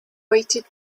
weighted